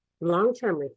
Long-term